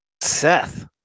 Seth